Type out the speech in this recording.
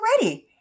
already